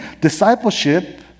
Discipleship